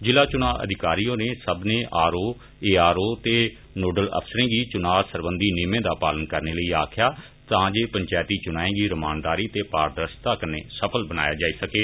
जिला चुना अधिकारी होरें सब्बनै R O A R O ते नोडल अफसरे गी चुना सरबंधी नियमें दो पालन करने लेई आक्खेया तां जे पैंचेती चुनाएं गी रमानदारी ते पारदर्शिता कन्नै सफल बनाया जाई सकै